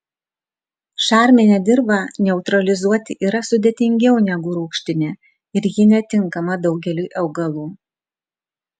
šarminę dirvą neutralizuoti yra sudėtingiau negu rūgštinę ir ji netinkama daugeliui augalų